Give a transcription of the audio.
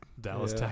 dallas